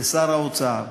לשר האוצר,